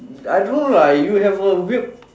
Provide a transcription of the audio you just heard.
I don't know lah you have a weird